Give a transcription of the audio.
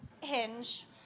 Hinge